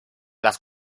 las